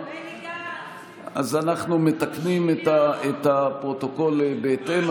אז אנחנו מתקנים את הפרוטוקול בהתאם,